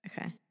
okay